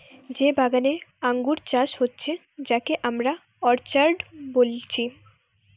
যে বাগানে আঙ্গুর চাষ হচ্ছে যাকে আমরা অর্চার্ড বলছি